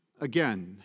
again